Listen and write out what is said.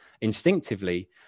instinctively